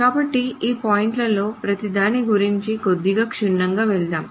కాబట్టి ఈ పాయింట్లలో ప్రతిదాని గురుంచి కొద్దిగా క్షుణ్ణంగా వెళదాము